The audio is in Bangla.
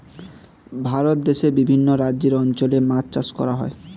ভারত দেশে বিভিন্ন রাজ্যের অঞ্চলে মাছ চাষ করা